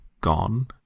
gone